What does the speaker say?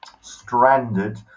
stranded